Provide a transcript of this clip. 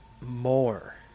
more